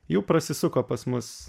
jų prasisuko pas mus